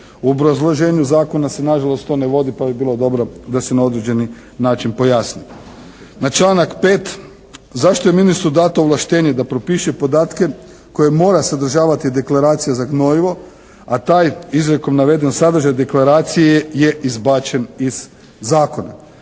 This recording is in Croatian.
U obrazloženju zakona se nažalost to navodi pa bi bilo dobro da se na određeni način pojasni. Na članak 5., zašto je ministru dato ovlaštenje da propiše podatke koje mora sadržavati deklaracija za gnojivo a taj izrijekom naveden sadržaj u deklaraciji je izbačen iz zakona.